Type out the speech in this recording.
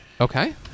Okay